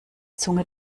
zunge